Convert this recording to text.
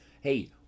Hey